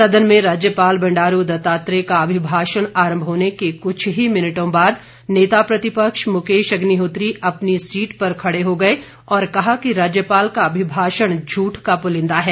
सदन में राज्यपाल बंडारू दत्तात्रेय का अभिभाषण आरंभ होने के कुछ ही मिनटों बाद नेता प्रतिपक्ष मुकेश अग्निहोत्री अपनी सीट पर खड़े हो गए और कहा कि राज्यपाल का अभिभाषण झूठ का पुलिंदा है